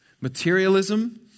Materialism